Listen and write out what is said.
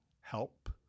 help